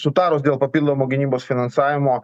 sutarus dėl papildomo gynybos finansavimo